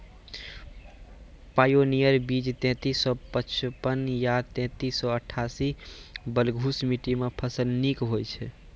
Pioneer बीज तेंतीस सौ पचपन या तेंतीस सौ अट्ठासी बलधुस मिट्टी मे फसल निक होई छै?